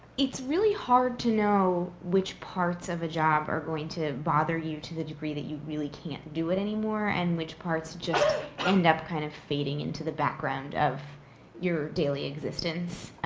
it's really hard to know which parts of a job are going to bother you to the degree that you really can't do it anymore, and which parts just end up, kind of, fading into the background of your your daily existence.